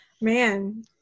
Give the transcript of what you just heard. Man